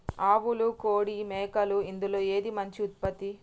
ఆవులు కోడి మేకలు ఇందులో ఏది మంచి ఉత్పత్తి?